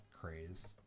craze